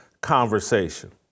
conversation